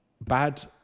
Bad